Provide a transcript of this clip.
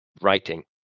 writing